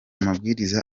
mabwiriza